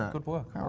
good work.